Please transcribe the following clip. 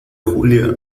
julia